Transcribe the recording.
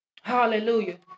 Hallelujah